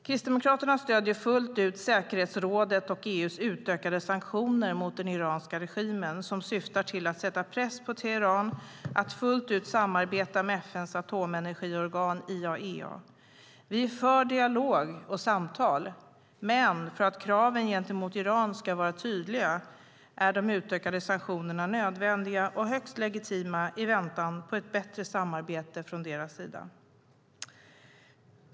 Kristdemokraterna stöder fullt ut säkerhetsrådets och EU:s utökade sanktioner mot den iranska regimen som syftar till att sätta press på Teheran att fullt ut samarbeta med FN:s atomenergiorgan IAEA. Vi är för dialog och samtal. Men för att kraven gentemot Iran ska vara tydliga är de utökade sanktionerna nödvändiga och högst legitima i väntan på ett bättre samarbete från deras sida.